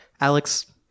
Alex